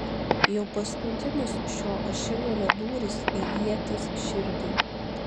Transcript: jau paskutinis šio ašigalio dūris į ieties širdį